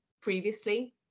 previously